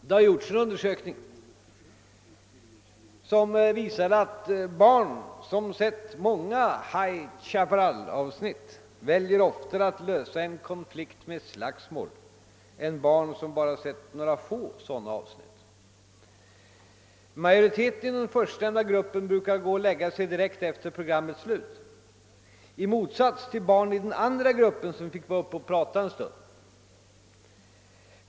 Det har gjorts en undersökning som visade att barn som sett många High Chaparral-filmer oftare väljer att lösa en konflikt med slagsmål än barn som bara sett några få sådana filmer. Majoriteten av barn inom den förstnämnda gruppen brukade gå och lägga sig direkt efter programmets slut i motsats till barn i den andra gruppen som fick stanna uppe och prata en stund.